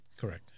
Correct